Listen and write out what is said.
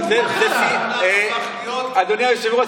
אדוני היושב-ראש,